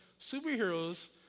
superheroes